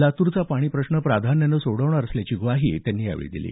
लातूरचा पाणी प्रश्न प्राधान्यानं सोडवणार असल्याची ग्वाही त्यांनी यावेळी दिली